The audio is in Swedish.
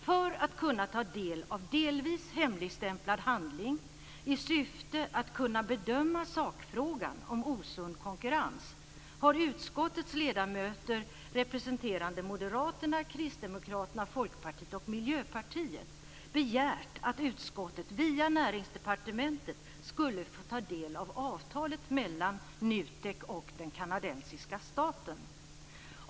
För att kunna ta del av delvis hemligstämplad handling i syfte att kunna bedöma sakfrågan om osund konkurrens har utskottets ledamöter, representerande Moderaterna, Kristdemokraterna, Folkpartiet och Miljöpartiet, begärt att utskottet via Näringsdepartementet skulle få ta del av avtalet mellan NUTEK och den kanadensiska staten.